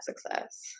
success